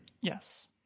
yes